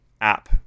app